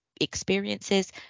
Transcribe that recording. experiences